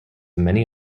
many